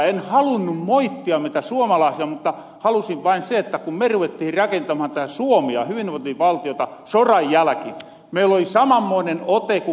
en halunnu moittia meitä suomalaisia mutta halusin vain sanoa sen että kun me ruvettihin rakentamahan tätä suomea hyvinvointivaltiota soran jälkiin meilloli samammoinen ote ku kiinalaisilla ny